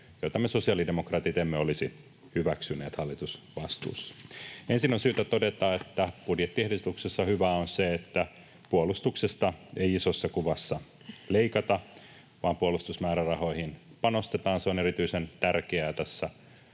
joita me sosiaalidemokraatit emme olisi hyväksyneet hallitusvastuussa. Ensin on syytä todeta, että budjettiehdotuksessa hyvää on se, että puolustuksesta ei isossa kuvassa leikata, vaan puolustusmäärärahoihin panostetaan. Se on erityisen tärkeää tässä